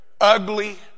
ugly